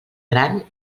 gran